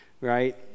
right